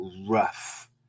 rough